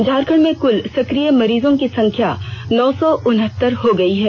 झारखंड में कुल सकिय मरीजों की संख्या नौ सौ उनहत्तर हो गई है